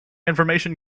information